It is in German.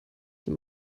die